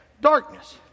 darkness